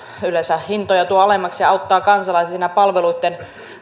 yleensä tuo hintoja alemmaksi ja auttaa kansalaisia siinä palveluitten